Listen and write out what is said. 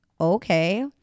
okay